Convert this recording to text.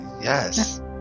Yes